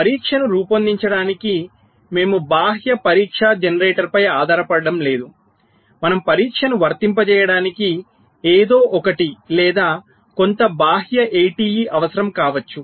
పరీక్షను రూపొందించడానికి మేము బాహ్య పరీక్ష జనరేటర్పై ఆధారపడటం లేదు మనం పరీక్షను వర్తింపజేయడానికి ఏదో ఒకటి లేదా కొంత బాహ్య ATE అవసరం కావచ్చు